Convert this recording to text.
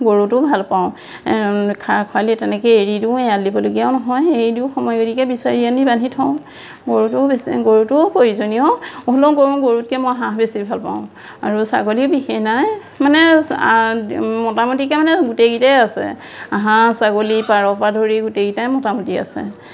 গৰুটো ভাল পাওঁ খা খৰালি তেনেকে এৰি দিওঁ এৰাল দিবলগীয়াও নহয় এৰি দিওঁ সময় গতিকে বিচাৰি আনি বান্ধি থওঁ গৰুটো বেছি গৰুটোও প্ৰয়োজনীয় হ'লেও গৰু গৰুতকে মই হাঁহ বেছি ভাল পাওঁ আৰু ছাগলী বিশেষ নাই মানে মোটামুটিকে মানে গোটেইকিটাই আছে হাঁহ ছাগলী পাৰপা ধৰি গোটেইকিটাই মোটামুটি আছে